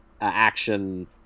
action